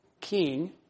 king